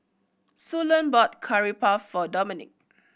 Suellen bought Curry Puff for Domenic